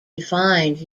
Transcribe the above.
defined